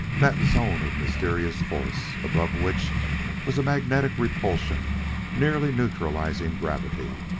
that zone of mysterious force, above which was a magnetic repulsion nearly neutralizing gravity.